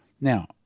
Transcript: Now